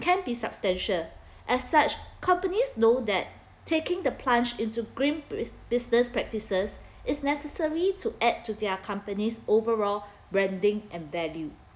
can be substantial as such companies know that taking the plunge into green busi~ business practices is necessary to add to their companies' overall branding and value